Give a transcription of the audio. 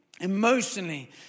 emotionally